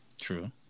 True